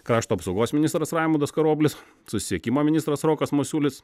krašto apsaugos ministras raimundas karoblis susisiekimo ministras rokas masiulis